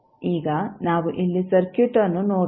ಈಗ ನಾವು ಇಲ್ಲಿ ಸರ್ಕ್ಯೂಟ್ಅನ್ನು ನೋಡೋಣ